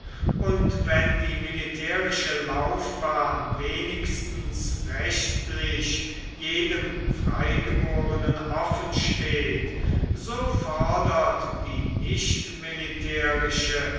und wenn die militärische laufbahn wenigstens rechtlich jedem freigeborenen offensteht so fordert die